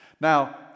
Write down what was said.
Now